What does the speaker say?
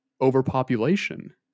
overpopulation